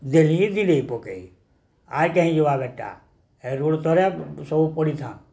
ଦେଲି ଦିନେ ପକେଇ ଆର୍ କାହିଁ ଯିବା ବେଟା ଏ ରୋଡ଼ ତଲେ ସବୁ ପଡ଼ିଥାନ୍